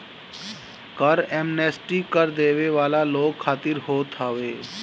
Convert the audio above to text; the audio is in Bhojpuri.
कर एमनेस्टी कर देवे वाला लोग खातिर होत हवे